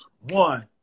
One